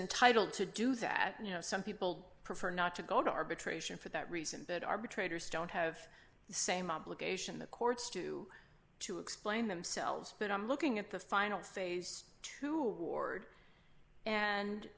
entitled to do that you know some people prefer not to go to arbitration for that reason that arbitrators don't have the same obligation the courts do to explain themselves but i'm looking at the final phase to ord and